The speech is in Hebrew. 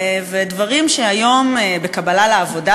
דברים שהיום בקבלה לעבודה,